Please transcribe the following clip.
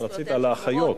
את רצית על האחיות,